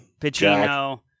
Pacino